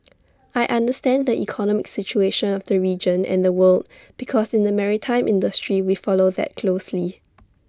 I understand the economic situation of the region and the world because in the maritime industry we follow that closely